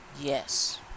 Yes